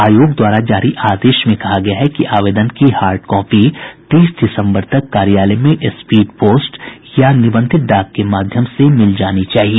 आयोग द्वारा जारी आदेश में कहा गया है कि आवेदन की हार्ड कॉपी तीस दिसम्बर तक कार्यालय में स्पीड पोस्ट या निबंधित डाक के माध्यम से मिल जाना चाहिए